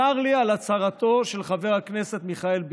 צר לי על הצהרתו של חבר הכנסת מיכאל ביטון,